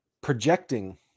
projecting